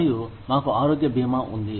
మరియు మాకు ఆరోగ్య బీమా ఉంది